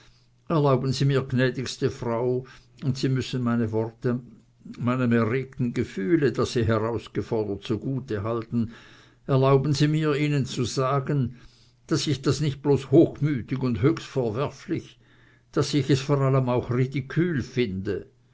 erlauben sie mir gnädigste frau und sie müssen meine worte meinem erregten gefühle das sie herausgefordert zugute halten erlauben sie mir ihnen zu sagen daß ich das nicht bloß hochmütig und höchst verwerflich daß ich es vor allem auch ridikül finde